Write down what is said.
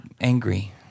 angry